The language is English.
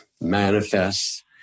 manifests